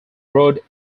road